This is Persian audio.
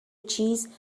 چیز